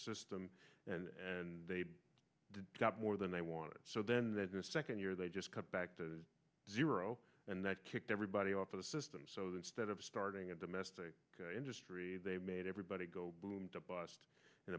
system and they did more than they wanted so then the second year they just cut back to zero and that kicked everybody off of the system so that instead of starting a domestic industry they made everybody go boom to bust in